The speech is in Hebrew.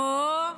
אוה,